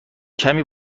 کمی